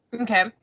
Okay